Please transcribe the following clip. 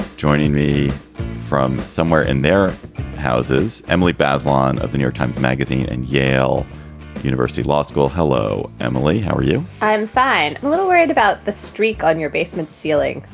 joining me from somewhere in their houses, emily babylon of the new york times magazine and yale university law school. hello, emily. how are you? i'm fine. a little worried about the streak on your basement ceiling.